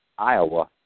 Iowa